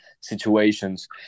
situations